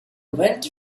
went